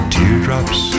Teardrops